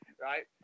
Right